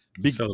big